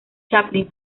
chaplin